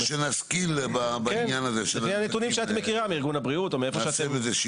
מהנתונים שאת מכירה מארגון הבריאות וכולי.